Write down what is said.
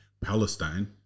Palestine